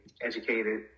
educated